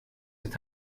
est